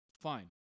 fine